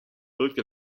wirkte